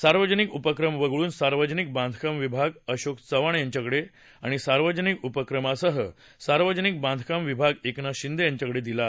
सार्वजनिक उपक्रम वगळून सार्वजनिक बांधकाम विभाग अशोक चव्हाण यांच्याकडे आणि सार्वजनिक उपक्रमासह सार्वजनिक बांधकाम विभाग एकनाथ शिंदे यांच्याकडे दिला आहे